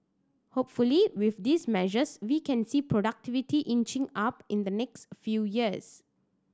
hopefully with these measures we can see productivity inching up in the next few years